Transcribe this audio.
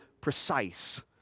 precise